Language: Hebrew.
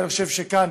ואני חושב שכאן,